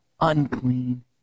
unclean